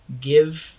give